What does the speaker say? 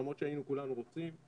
למרות שהיינו כולנו רוצים,